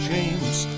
James